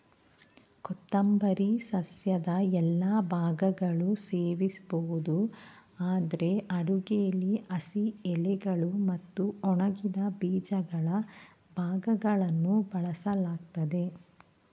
ಕೊತ್ತಂಬರಿ ಸಸ್ಯದ ಎಲ್ಲಾ ಭಾಗಗಳು ಸೇವಿಸ್ಬೋದು ಆದ್ರೆ ಅಡುಗೆಲಿ ಹಸಿ ಎಲೆಗಳು ಮತ್ತು ಒಣಗಿದ ಬೀಜಗಳ ಭಾಗಗಳನ್ನು ಬಳಸಲಾಗ್ತದೆ